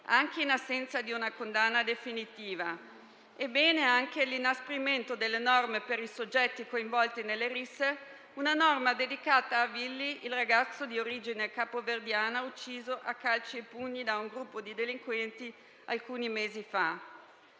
anche in assenza di una condanna definitiva; così come positivo è l'inasprimento delle norme per i soggetti coinvolti nelle risse, un intervento dedicato a Willy, il ragazzo di origine capoverdiana ucciso a calci e pugni da un gruppo di delinquenti alcuni mesi fa.